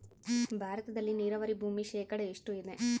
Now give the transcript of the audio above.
ಭಾರತದಲ್ಲಿ ನೇರಾವರಿ ಭೂಮಿ ಶೇಕಡ ಎಷ್ಟು ಇದೆ?